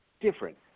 different